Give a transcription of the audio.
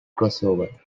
crossover